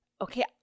okay